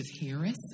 Harris